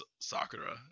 Sakura